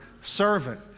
servant